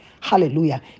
Hallelujah